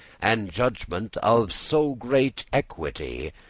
and judgement of so great equity,